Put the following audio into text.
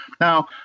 Now